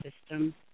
system